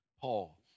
Paul